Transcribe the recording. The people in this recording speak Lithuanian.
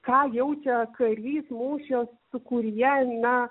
ką jaučia karys mūšio sūkuryje na